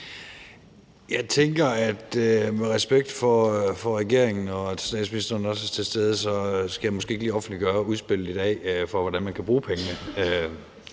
Jeg tænker, at jeg – med respekt for at regeringen og statsministeren også er til stede – måske ikke lige skal offentliggøre udspillet for, hvordan man kan bruge pengene,